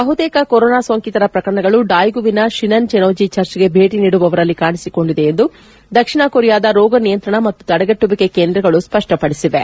ಬಹುತೇಕ ಕೊರೊನಾ ಸೋಂಕಿತ ಪ್ರಕರಣಗಳು ಡಾಯಿಗುವಿನ ಷಿನನ್ ಚೆನೋಜಿ ಚರ್ಚ್ಗೆ ಭೇಟಿ ನೀಡುವವರಲ್ಲಿ ಕಾಣಿಸಿಕೊಂಡಿದೆ ಎಂದು ದಕ್ಷಿಣ ಕೊರಿಯಾದ ರೋಗ ನಿಯಂತ್ರಣ ಮತ್ತು ತಡೆಗಟ್ಟುವಿಕೆ ಕೇಂದ್ರಗಳು ಸ್ಪಷ್ಟಪಡಿಸಿವೆ